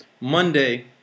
Monday